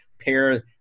pair